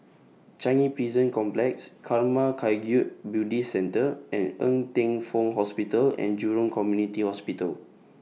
Changi Prison Complex Karma Kagyud Buddhist Centre and Ng Teng Fong Hospital and Jurong Community Hospital